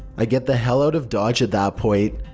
i get the hell out of dodge at that point,